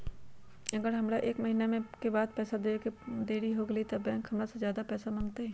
अगर हमरा से एक महीना के पैसा देवे में देरी होगलइ तब बैंक हमरा से ज्यादा पैसा मंगतइ?